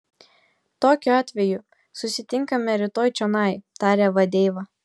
tokiu atveju susitinkame rytoj čionai tarė vadeiva